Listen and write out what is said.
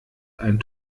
ein